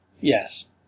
Yes